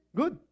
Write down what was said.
good